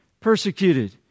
persecuted